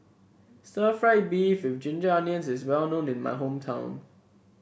Stir Fried Beef with Ginger Onions is well known in my hometown